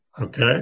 Okay